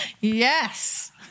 Yes